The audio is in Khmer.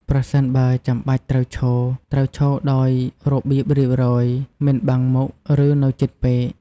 ប្រសិនបើចាំបាច់ត្រូវឈរ ត្រូវឈរដោយរបៀបរៀបរយ មិនបាំងមុខ ឬនៅជិតពេក។